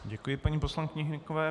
Děkuji paní poslankyni Hnykové.